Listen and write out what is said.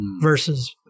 versus